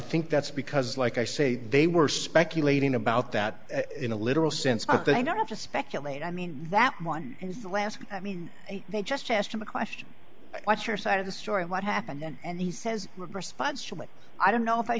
think that's because like i say they were speculating about that in a literal sense but they don't have to speculate i mean that one is the last i mean they just asked him a question what's your side of the story what happened then and he says responsibly i don't know if i